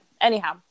anyhow